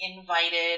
invited